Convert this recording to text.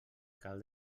cal